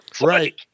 Right